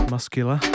Muscular